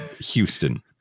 Houston